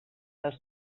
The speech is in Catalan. dels